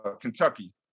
Kentucky